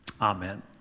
Amen